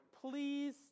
please